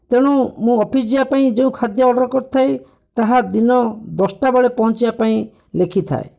ତେଣୁ ମୁଁ ଅଫିସ୍ ଯିବାପାଇଁ ଖାଦ୍ୟ ଅର୍ଡ଼ର୍ କରିଥାଏ ତାହା ଦିନ ଦଶଟା ବେଳେ ପହଁଞ୍ଚିବାପାଇଁ ଲେଖିଥାଏ